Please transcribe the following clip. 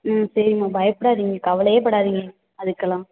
ம் சரிம்மா பயப்படாதீங்க கவலையே படாதீங்க அதற்கெல்லாம்